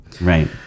Right